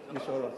מי שהוא לא רוצה.